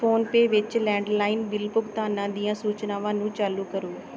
PhonePe ਵਿੱਚ landline bill ਭੁਗਤਾਨਾਂ ਦੀਆਂ ਸੂਚਨਾਵਾਂ ਨੂੰ ਚਾਲੂ ਕਰੋ